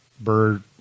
Bird